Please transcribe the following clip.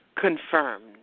confirmed